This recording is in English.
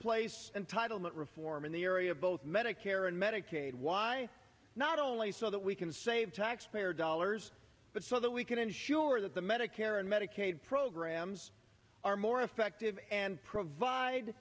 place and title not reform in the area both medicare and medicaid why not only so that we can save taxpayer dollars but so that we can ensure that the medicare and medicaid programs are more effective and provide